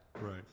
Right